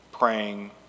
praying